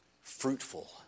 fruitful